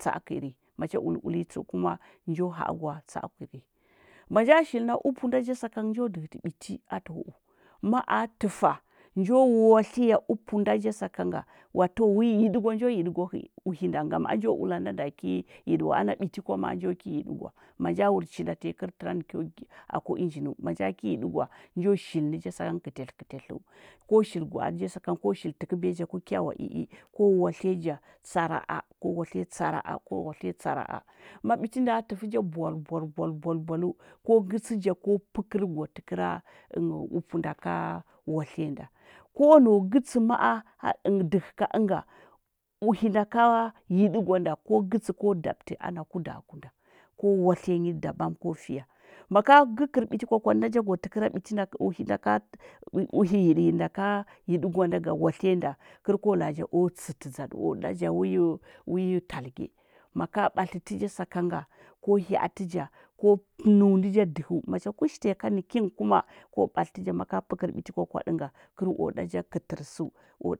Tsa’a kəiri, macha ulə-ulənyi tsəu kuma, njo ha’agwa tsa. a kəiri man ta shili na upu nda ja sakanga njo ɗəhətə biti atə hu’u ma’a təfa, njo watliya upu nɗa ja sakanga wato wi yidəgwa njo yidagwa uhi nda ngam a njo uhanda nda ki yidəgwa wa ana biti kwa ma’a njo ki yidəgwa manja wur chinɗa tanyi kər tərani kyo aku ənjinəu, manja ki yi dəgwa, njo shili ni ja sakanga kətətlə kəteləu, ko shili gwa’ari ja sakanga, ko shili təkəbiya ku, kyawa ii, ko watliya ja tsaraa, ko watliya tsara’a, ko watliya tsara’a ma ɓiti nda tətə ja borbor bol boləu ko gətsə ja ko pəkeri gwatəkera upu nda ka watliya nda. Ko nau gətsi ma’a ɗəhə ka ənga uhi nda ka yidəgwə nɗa ko gətsi ko dabətiana kudaku nda ko watliya nyi dabam ko fiya maka gəkəri biti kwakwadə nda ja, gwati kəra ɓiti uhi nɗa ka, uhi yiɗa yiɗə nɗa kər ko ka ja o tsətə ɗzaɗəu o ɗaja wi talgi maka batləti ja sakanga, ko hiya’ati ja ko nəu nə ja dəhəu macha kushu tanyi ka nə kingha kuma, ko batlətu ja maka pəkəri biti kwakwadə nga kər o da ja ketərəsəu